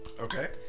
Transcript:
Okay